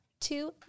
two